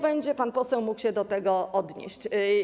Będzie pan poseł mógł się do tego odnieść.